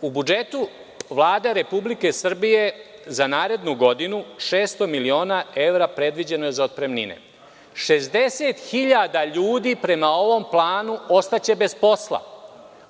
U budžetu, Vlada Republike Srbije za narednu godinu, 600 miliona evra predviđeno je za otpremnine. Šesdeset hiljada ljudi, prema ovom planu, ostaće bez posla.